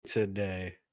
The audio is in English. Today